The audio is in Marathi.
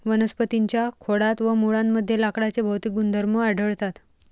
वनस्पतीं च्या खोडात व मुळांमध्ये लाकडाचे भौतिक गुणधर्म आढळतात